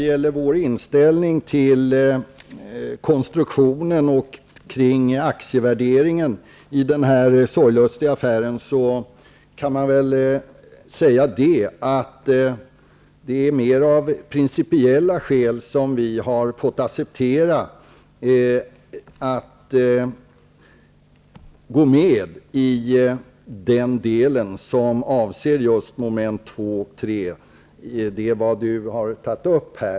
När det gäller vår inställning till konstruktionen och aktievärderingen i denna sorglustiga affär kan man säga att det är mera av principiella skäl som vi har fått acceptera att gå med på den del som avser mom. 2 och 3, som Johan Lönnroth tar upp.